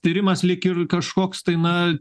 tyrimas lyg ir kažkoks tai na